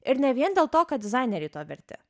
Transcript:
ir ne vien dėl to kad dizaineriai to verti